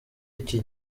iki